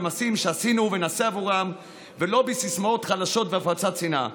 במעשים שעשינו ונעשה עבורם ולא בסיסמאות חלשות והפצת שנאה.